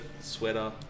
sweater